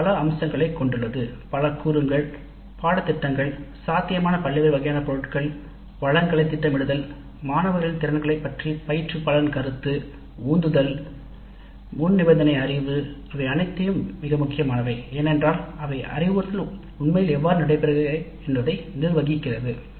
இது பல அம்சங்களைக் கொண்டுள்ளது பல கூறுகள் பாடத்திட்டங்கள் சாத்தியமான பல்வேறு உருப்படிகள் வளங்களைத் திட்டமிடுதல் மாணவர்களின் செயல்திறன் குறித்து பயிற்றுவிப்பாளரின் கருத்து உந்துதல் முன்நிபந்தனை அறிவு இவை அனைத்தும் மிகவும் முக்கியமானது ஏனெனில் அது உண்மையில் அறிவுறுத்தல் எவ்வாறு நடைபெறுகிறது என்பதைப் பொறுத்தது